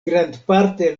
grandparte